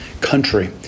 country